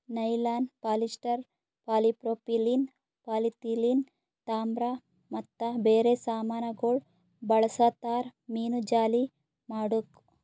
nylon, polyester, polypropylene, polyethylene, ತಾಮ್ರ ಮತ್ತ ಬೇರೆ ಸಾಮಾನಗೊಳ್ ಬಳ್ಸತಾರ್ ಮೀನುಜಾಲಿ ಮಾಡುಕ್